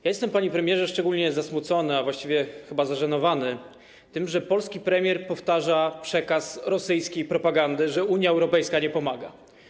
Jestem, panie premierze, szczególnie zasmucony, a właściwie chyba zażenowany tym, że polski premier powtarza przekaz rosyjskiej propagandy, że Unia Europejska nie pomaga.